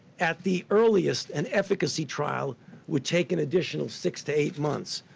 at the earliest, an efficacy trial would take an additional six to eight months.